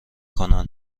کنن